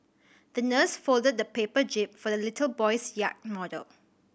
the nurse folded a paper jib for the little boy's yacht model